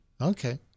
Okay